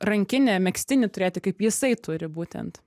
rankinę megztinį turėti kaip jisai turi būtent